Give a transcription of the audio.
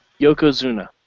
Yokozuna